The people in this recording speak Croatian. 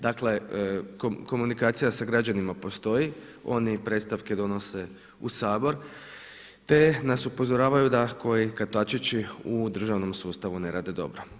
Dakle, komunikacija sa građanima postoji, oni predstavke donose u Sabor te nas upozoravaju da koji kotačići u državnom sustavu ne rade dobro.